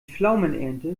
pflaumenernte